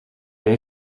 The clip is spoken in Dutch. jij